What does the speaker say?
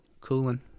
Cooling